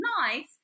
nice